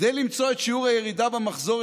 כדי למצוא את שיעור הירידה במחזור,